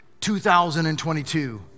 2022